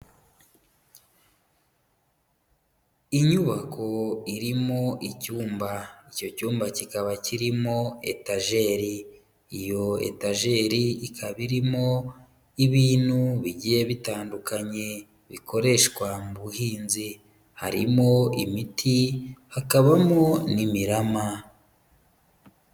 Inyubako irimo icyumba, icyo cyumba kikaba kirimo etajeri, iyo etajeri ikaba irimo ibintu bigiye bitandukanye bikoreshwa mu buhinzi, harimo imiti, hakabamo n'imirama.